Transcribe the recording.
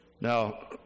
Now